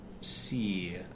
see